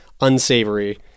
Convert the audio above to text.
unsavory